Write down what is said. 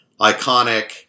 iconic